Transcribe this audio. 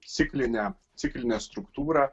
ciklinę ciklinę struktūrą